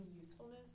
usefulness